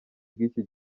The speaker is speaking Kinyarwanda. bw’iki